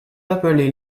appelés